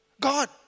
God